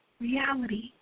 reality